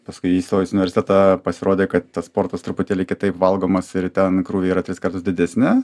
paskui įstojus į universitetą pasirodė kad tas sportas truputėlį kitaip valgomas ir ten krūviai yra tris kartus didesni